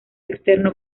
externo